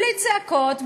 בלי צעקות,